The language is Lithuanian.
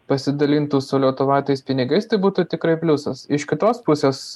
pasidalintų su liotuva tais pinigais tai būtų tikrai pliusas iš kitos pusės